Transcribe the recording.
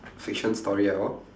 fiction story at all